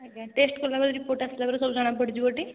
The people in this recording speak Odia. ଆଜ୍ଞା ଟେଷ୍ଟ୍ କଲା ପରେ ରିପୋର୍ଟ୍ ଆସିଲା ପରେ ସବୁ ଜଣା ପଡ଼ିଯିବ ଟି